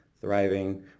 Thriving